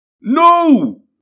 No